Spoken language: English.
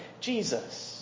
Jesus